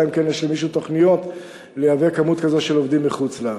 אלא אם כן יש למישהו תוכניות להביא כמות כזו של עובדים מחוץ-לארץ.